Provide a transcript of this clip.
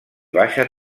baixa